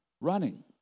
running